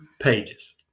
pages